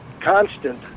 constant